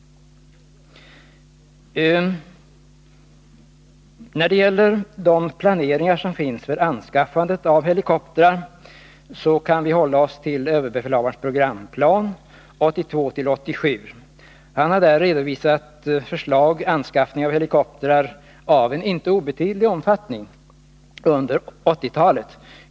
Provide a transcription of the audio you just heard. När det gäller den planering som finns för anskaffande av helikoptrar kan vi hålla oss till överbefälhavarens programplan 1982-1987. Han har där redovisat förslag till anskaffning av helikoptrar i en inte obetydlig omfattning under 1980-talet.